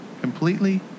Completely